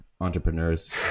entrepreneurs